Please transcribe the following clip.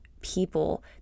people